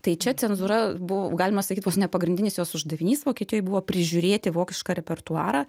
tai čia cenzūra buvo galima sakyt vos ne pagrindinis jos uždavinys vokietijoj buvo prižiūrėti vokišką repertuarą